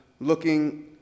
looking